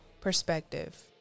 perspective